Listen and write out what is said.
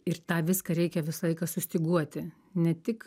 ir tą viską reikia visą laiką sustyguoti ne tik